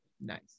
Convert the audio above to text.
Nice